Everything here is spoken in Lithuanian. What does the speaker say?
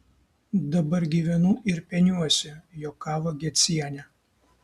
dabar gyvenu ir peniuosi juokavo gecienė